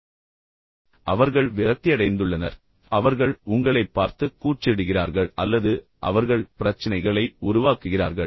எந்த வகையிலும் அவர்கள் கோபப்படுகிறார்கள் அவர்கள் மகிழ்ச்சியடையவில்லை அவர்கள் விரக்தியடைந்துள்ளனர் அவர்கள் உங்களை பார்த்து கூச்சலிடுகிறார்கள் அல்லது அவர்கள் பிரச்சினைகளை உருவாக்குகிறார்கள்